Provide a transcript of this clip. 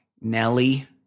Nelly